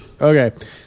Okay